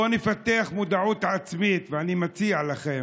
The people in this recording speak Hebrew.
בואו נפתח מודעות עצמית, ואני מציע לכם,